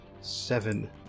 Seven